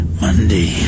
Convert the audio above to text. Monday